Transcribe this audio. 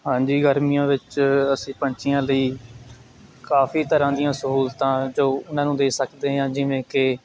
ਹਾਂਜੀ ਗਰਮੀਆਂ ਵਿੱਚ ਅਸੀਂ ਪੰਛੀਆਂ ਲਈ ਕਾਫੀ ਤਰ੍ਹਾਂ ਦੀਆਂ ਸਹੂਲਤਾਂ ਜੋ ਉਹਨਾਂ ਨੂੰ ਦੇ ਸਕਦੇ ਹਾਂ ਜਿਵੇਂ ਕਿ